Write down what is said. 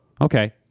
okay